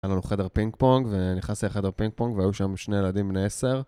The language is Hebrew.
היה לנו חדר פינג פונג, ונכנסתי לחדר פינג פונג, והיו שם שני ילדים בני עשר.